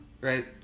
Right